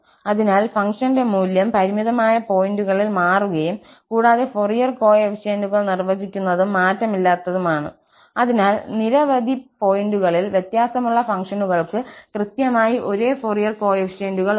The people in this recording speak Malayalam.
അതിനാൽ ഫംഗ്ഷന്റെ മൂല്യം പരിമിതമായ പോയിന്റുകളിൽ മാറ്റുകയും കൂടാതെ ഫൊറിയർ കോഎഫിഷ്യന്റുകൾ നിർവ്വചിക്കുന്നതും മാറ്റമില്ലാത്തതുമാണ് അതിനാൽ നിരവധി പോയിന്റുകളിൽ വ്യത്യാസമുള്ള ഫംഗ്ഷനുകൾക്ക് കൃത്യമായി ഒരേ ഫൊറിയർ കോഎഫിഷ്യന്റുകൾ ഉണ്ട്